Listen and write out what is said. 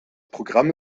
programm